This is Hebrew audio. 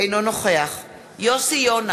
אינו נוכח יוסי יונה,